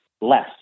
less